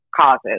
causes